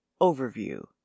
overview